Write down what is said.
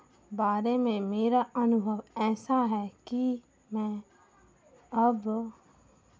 बारे में मेरा अनुभव ऐसा है कि मैं अब